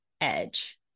edge